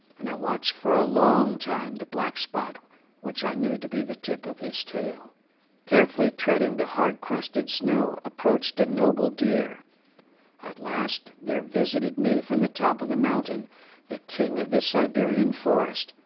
and i watched for a long time the black spot which i knew to be the tip of his tail carefully treading the hard crusted snow approached a noble deer at last there visited me from the top of the mountain the king of the siberian forest,